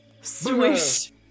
swish